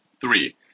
Three